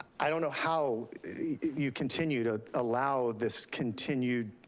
i don't know how you continue to allow this continued,